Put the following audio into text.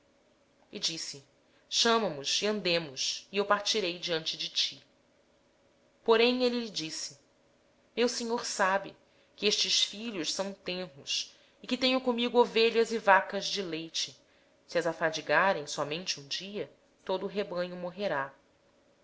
disse ponhamo nos a caminho e vamos eu irei adiante de ti respondeu-lhe jacó meu senhor sabe que estes filhos são tenros e que tenho comigo ovelhas e vacas de leite se forem obrigadas a caminhar demais por um só dia todo o rebanho morrerá